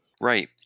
Right